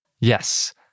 Yes